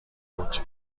بود